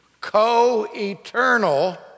co-eternal